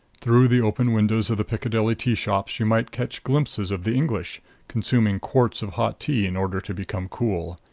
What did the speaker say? through the open windows of the piccadilly tea shops you might catch glimpses of the english consuming quarts of hot tea in order to become cool.